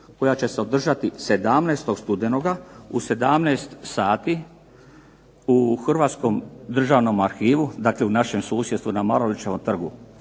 koja će se održati 17. studenoga u 17 sati u Hrvatskom državnom arhivu, dakle u našem susjedstvu, na Marulićevom trgu.